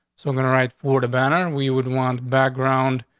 so i'm gonna write for the banner. we would want background.